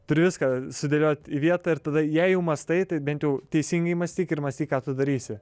turi viską sudėliot į vietą ir tada jei jau mąstai tai bent jau teisingai mąstyk ir mąstyk ką tu darysi